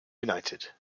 united